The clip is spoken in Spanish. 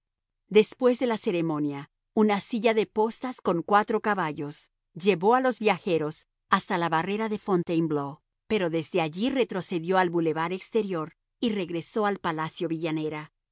después de la ceremonia una silla de postas con cuatro caballos llevó a los viajeros hasta la barrera de fontainebleau pero desde allí retrocedió al bulevar exterior y regresó al palacio villanera